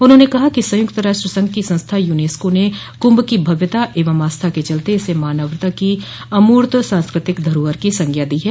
उन्होंने कहा कि संयुक्त राष्ट्र संघ की संस्था यूनेस्को ने कुंभ की भव्यता एवं आस्था के चलते इसे मानवता की अमूर्त सांस्कृतिक धरोहर की संज्ञा दी है